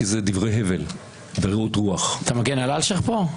כי זה דברי הבל ורעות רוח אתה מגן על אלשיך פה?